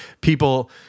People